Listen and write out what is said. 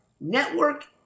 Network